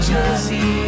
Jersey